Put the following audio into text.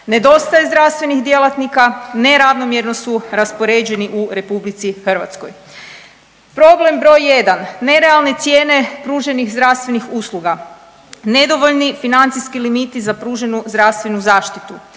Nedostaje zdravstvenih djelatnika, neravnomjerno su raspoređeni u RH. Problem broj 1, nerealne cijene pruženih zdravstvenih usluga, nedovoljni financijski limiti za pruženu zdravstvenu zaštitu,